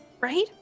Right